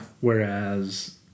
Whereas